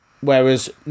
Whereas